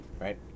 right